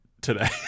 today